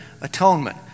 atonement